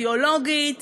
אידיאולוגית,